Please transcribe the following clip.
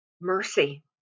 mercy